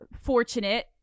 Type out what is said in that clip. fortunate